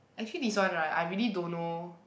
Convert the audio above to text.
actually this one right I really don't know